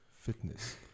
fitness